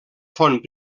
font